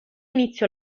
inizio